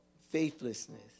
faithlessness